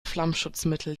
flammschutzmittel